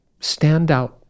standout